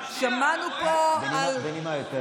שמענו פה על, בנימה יותר,